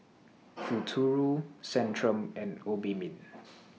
Futuro Centrum and Obimin